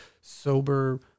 sober